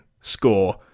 score